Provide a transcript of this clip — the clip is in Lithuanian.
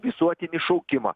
visuotinį šaukimą